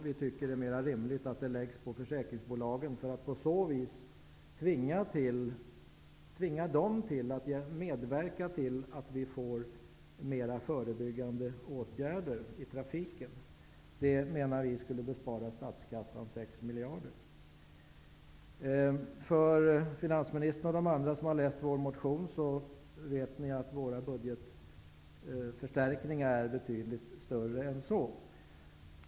Det är mera rimligt att de läggs på försäkringsbolagen. På så vis tvingas de att medverka till fler förebyggande åtgärder i trafiken. Det skulle bespara statskassan 6 Finansministern och andra som har läst vår motion vet att vi vill ha budgetförstärkningar som är betydligt kraftigare än så.